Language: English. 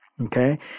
Okay